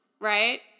right